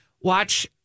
Watch